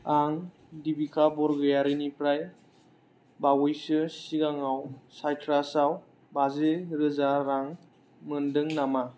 आं देबिका बरग'यारिनिफ्राय बावैसो सिगाङव साइट्रासआव बाजि रोजा रां मोनदों नामा